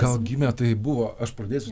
gal gimė tai buvo aš pradėsiu